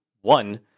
One